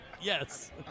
Yes